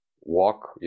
walk